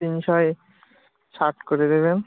তিনশো ষাট করে দেবেন